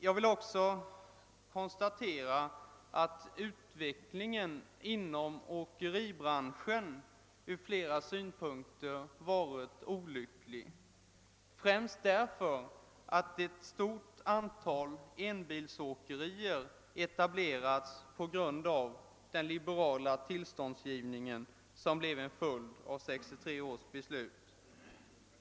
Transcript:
Jag vill också konstatera att utvecklingen inom åkeribranschen från flera synpunkter varit olycklig, främst därför att ett stort antal enbilsåkerier etablerats på grund av den liberala tillståndsgivning, som blev en följd av 1963 års beslut.